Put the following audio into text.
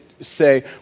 say